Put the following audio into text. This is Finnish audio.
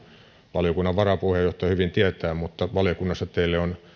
valiokunnan varapuheenjohtaja hyvin tietää mutta valiokunnassa teidän on